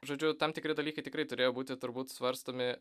žodžiu tam tikri dalykai tikrai turėjo būti turbūt svarstomi